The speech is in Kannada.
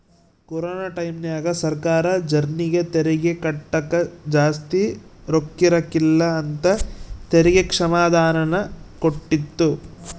ಕೊರೊನ ಟೈಮ್ಯಾಗ ಸರ್ಕಾರ ಜರ್ನಿಗೆ ತೆರಿಗೆ ಕಟ್ಟಕ ಜಾಸ್ತಿ ರೊಕ್ಕಿರಕಿಲ್ಲ ಅಂತ ತೆರಿಗೆ ಕ್ಷಮಾದಾನನ ಕೊಟ್ಟಿತ್ತು